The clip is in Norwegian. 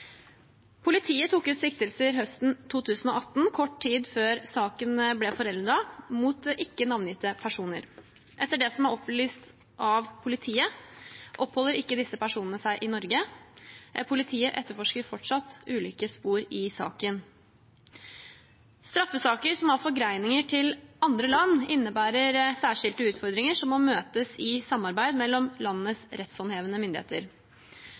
Politiet tok ut siktelser høsten 2018, kort tid før saken ble foreldet, mot ikke-navngitte personer. Etter det som er opplyst av politiet, oppholder ikke disse personene seg i Norge. Politiet etterforsker fortsatt ulike spor i saken. Straffesaker som har forgreninger til andre land, innebærer særskilte utfordringer som må møtes i samarbeid mellom landenes rettshåndhevende myndigheter.